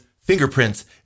fingerprints